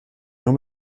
nur